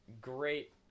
Great